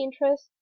interest